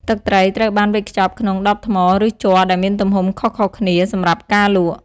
ទឹកត្រីត្រូវបានវេចខ្ចប់ក្នុង ដបថ្ម ឬជ័រដែលមានទំហំខុសៗគ្នាសម្រាប់ការលក់។